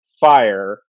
fire